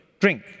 drink